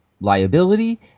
liability